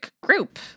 group